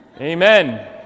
Amen